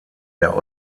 der